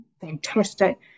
fantastic